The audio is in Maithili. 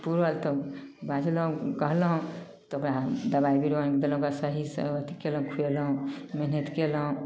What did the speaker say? पूरा तब बाजलहुँ कहलहुँ तऽ वएह दबाइ बीरो आनि देलक ओकरा सहीसँ अथी कयलहुँ खुएलहुँ मेहनति कयलहुँ